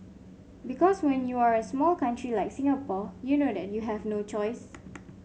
because when you are a small country like Singapore you know that you have no choice